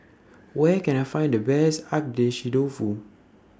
Where Can I Find The Best Agedashi Dofu